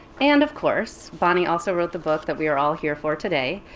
and, of course, bonnie also wrote the book that we are all here for today,